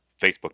Facebook